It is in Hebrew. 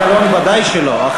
ודאי שלא.